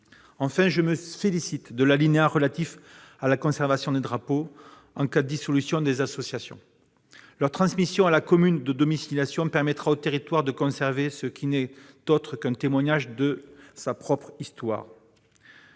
Enfin, je salue l'alinéa relatif à la « conservation » des drapeaux en cas de dissolution des associations. Leur transmission à la commune de domiciliation permettra au territoire de conserver ce qui n'est autre qu'un témoignage de sa propre histoire.